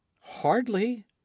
hardly